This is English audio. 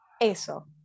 Eso